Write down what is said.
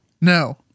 No